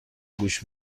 گوش